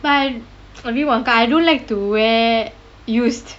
but a bit one kind I don't like to wear used